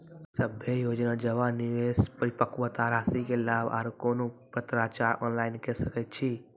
सभे योजना जमा, निवेश, परिपक्वता रासि के लाभ आर कुनू पत्राचार ऑनलाइन के सकैत छी?